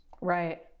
Right